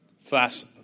Fast